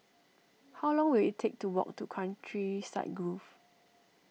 how long will it take to walk to Countryside Grove